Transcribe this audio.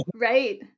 Right